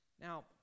Now